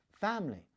family